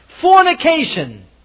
Fornication